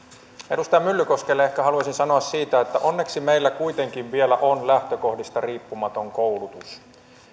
edustaja myllykoskelle ehkä haluaisin sanoa siitä että onneksi meillä kuitenkin vielä on lähtökohdista riippumaton koulutus